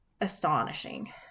astonishing